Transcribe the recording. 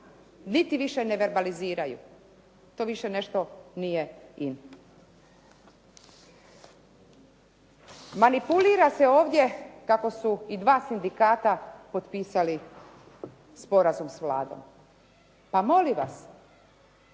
niti više ne verbaliziraju. To više nešto nije "in". Manipulira se ovdje kako su i dva sindikata potpisali sporazum s Vladom. Pa molim vas,